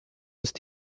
ist